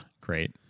Great